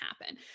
happen